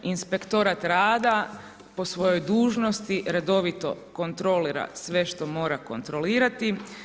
Inspektorat rada po svojoj dužnosti redovito kontrolira sve što mora kontrolirati.